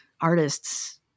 artists